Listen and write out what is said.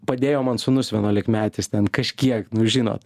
padėjo man sūnus vienuolikmetis ten kažkiek nu žinot